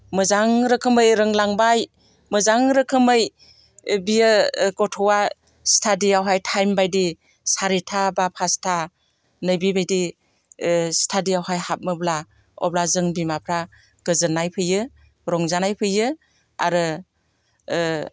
मोजां रोखोमै रोंलांबाय मोजां रोखोमै बियो गथ'आ स्टाडियावहाय टाइमबायदि सारिथा बा फासथा नैबिबायदि स्टाडियावहाय हाबमोब्ला अब्ला जों बिमाफ्रा गोजोननाय फैयो रंजानाय फैयो आरो